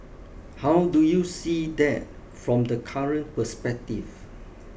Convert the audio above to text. how do you see that from the current perspective